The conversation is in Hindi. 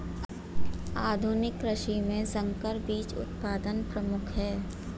आधुनिक कृषि में संकर बीज उत्पादन प्रमुख है